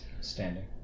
Standing